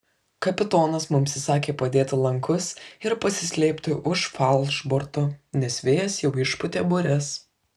kapitonas mums įsakė padėti lankus ir pasislėpti už falšborto nes vėjas jau išpūtė bures